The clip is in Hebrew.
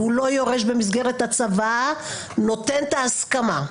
לא יורש במסגרת הצוואה ונותן את ההסכמה.